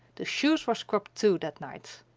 the shoes were scrubbed too, that night.